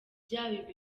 byaba